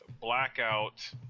Blackout